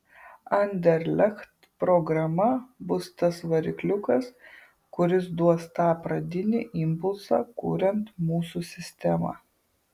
anderlecht programa bus tas varikliukas kuris duos tą pradinį impulsą kuriant mūsų sistemą